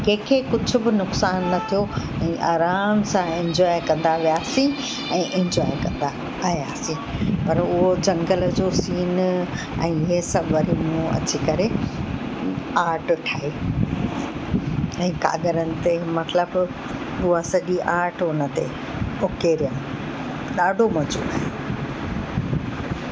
कंहिं खे कुझु बि नुक़सानु न थियो ऐं आराम सां इंजॉय कंदा वियासीं ऐं इजॉय कंदा आयासीं पर उहो झंगल जो सिन ऐं हे सभु वरी मूं अची करे आर्ट ठाहे ऐं काॻरनि ते मतिलबु उहा सॼी आर्ट हुन ते उहो कयमि ॾाढो मज़ो आहियो